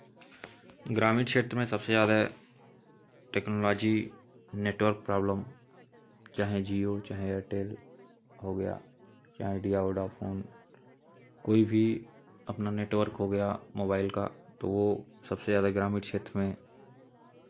ग्रामीण क्षेत्र में सबसे ज़्यादा टेक्नोलॉजी नेटवर्क प्रॉब्लम चाहे जिओ चाहे एयरटेल हो गया चाहे आइडिया वोडाफोन कोई भी अपना नेटवर्क हो गया मोबाईल का तो वो सबसे ज़्यादा ग्रामीण क्षेत्र में